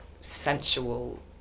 sensual